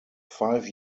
five